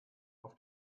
auf